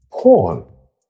Paul